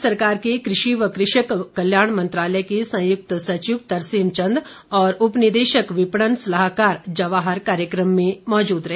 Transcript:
भारत सरकार के कृषि व कृषक कल्याण मंत्रालय के संयुक्त सचिव तरसेम चंद और उपनिदेशक विपणन सलाहकार ज्वाहर कार्यकम में मौजूद रहे